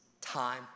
Time